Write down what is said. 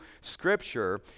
scripture